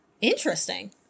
Interesting